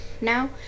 now